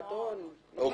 הלבנת הון?